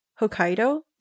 Hokkaido